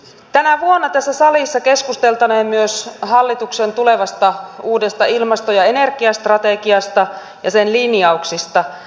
tänä vuonna tässä salissa keskusteltaneen myös hallituksen tulevasta uudesta ilmasto ja energiastrategiasta ja sen linjauksista